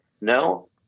No